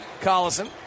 Collison